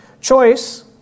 Choice